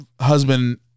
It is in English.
husband